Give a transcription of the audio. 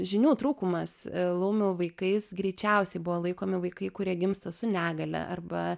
žinių trūkumas laumių vaikais greičiausiai buvo laikomi vaikai kurie gimsta su negalia arba